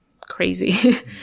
crazy